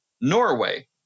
Norway